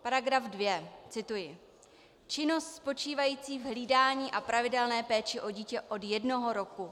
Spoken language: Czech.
§ 2 cituji: Činnost spočívající v hlídání a pravidelné péči o dítě od jednoho roku.